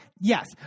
yes